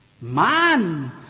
Man